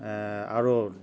আৰু